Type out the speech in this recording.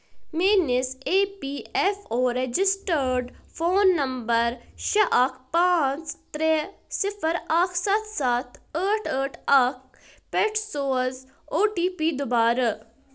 میٲنِس A P F O registered phone number شیٚے اکھ پانٛژھ ترٛے صفر اکھ سَتھ سَتھ ٲٹھ ٲٹھ اکھ پٮ۪ٹھ سوز او ٹی پی دُبارٕ